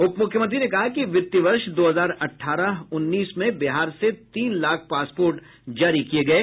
उपमुख्यमंत्री ने कहा कि वित्त वर्ष दो हजार अठारह उन्नीस में बिहार से तीन लाख पासपोर्ट जारी किये गये